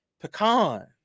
pecan